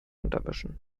untermischen